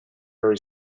very